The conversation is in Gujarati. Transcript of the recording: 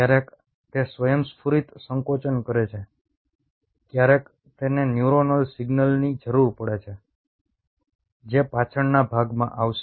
કયારેક તે સ્વયંસ્ફુરિત સંકોચન કરે છે ક્યારેક તેને ન્યુરોનલ સિગ્નલની જરૂર પડે છે જે પાછળના ભાગમાં આવશે